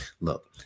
look